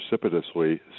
precipitously